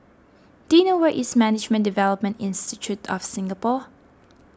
do you know where is Management Development Institute of Singapore